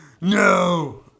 No